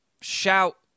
shout